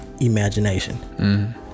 imagination